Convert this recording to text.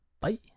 Bye